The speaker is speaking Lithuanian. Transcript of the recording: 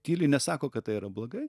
tyliai nesako kad tai yra blogai